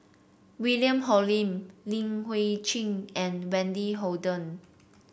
William Hoalim Li Hui Cheng and Wendy Hutton